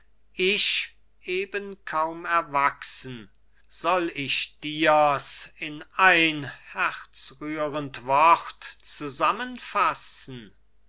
ich eben kaum erwachsen soll ich dir's in ein herzrührend wort zusammenfassen